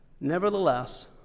nevertheless